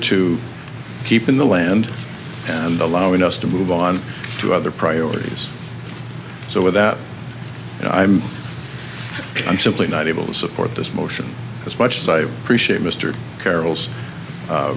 to keep in the land and allowing us to move on to other priorities so that i'm i'm simply not able to support this motion as much as i appreciate mr carrol